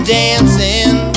dancing